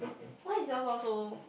why is yours all so